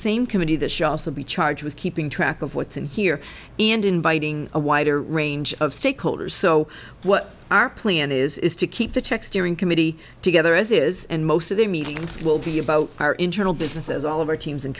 same committee that she also be charged with keeping track of what's in here and inviting a wider range of stakeholders so what our plan is is to keep the check steering committee together as it is and most of the meetings will be about our internal business as all of our teams and